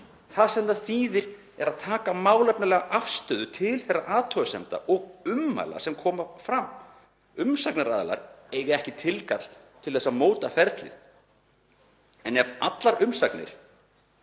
Það sem þetta þýðir er að taka málefnalega afstöðu til þeirra athugasemda og ummæla sem koma fram. Umsagnaraðilar eiga ekki tilkall til að móta ferlið en ef allar umsagnir